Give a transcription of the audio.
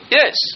yes